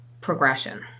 progression